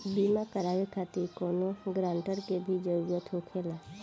बीमा कराने खातिर कौनो ग्रानटर के भी जरूरत होखे ला?